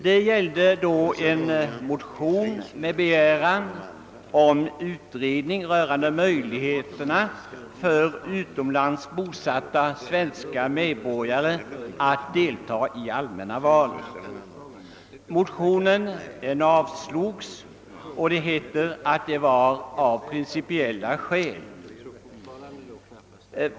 Det gällde då en motion med begäran om utredning rörande möjligheterna för utomlands bosatta svenska medborgare att delta i allmänna val. Motionen avslogs av, som det kallades, principiella skäl.